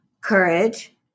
courage